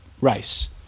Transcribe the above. race